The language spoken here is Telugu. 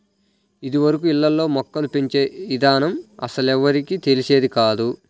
ఇదివరకు ఇళ్ళల్లో మొక్కలు పెంచే ఇదానం అస్సలెవ్వరికీ తెలిసేది కాదు